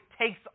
takes